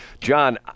John